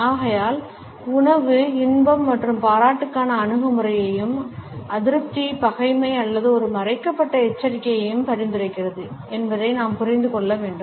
ஆகையால் உணவு இன்பம் மற்றும் பாராட்டுக்கான அணுகுமுறையையும் அதிருப்தி பகைமை அல்லது ஒரு மறைக்கப்பட்ட எச்சரிக்கையையும் பரிந்துரைக்கிறது என்பதை நாம் புரிந்து கொள்ள வேண்டும்